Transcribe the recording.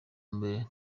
mbere